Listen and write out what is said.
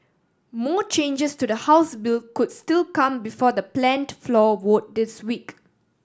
more changes to the House bill could still come before the planned floor vote this week